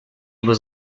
was